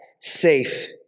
safe